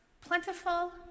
plentiful